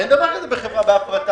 אין דבר כזה בחברה בהפרטה.